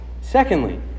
Secondly